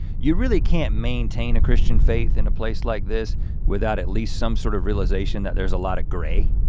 you really can't maintain a christian faith in a place like this without at least some sort of realization that there's a lot of gray.